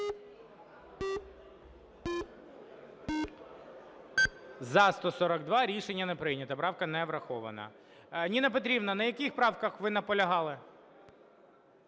За-142 Рішення не прийнято. Правка не врахована. Ніна Петрівна, на яких правках ви наполягали?